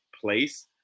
place